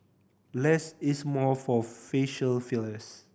less is more for facial fillers